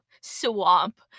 swamp